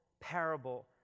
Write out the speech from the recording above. parable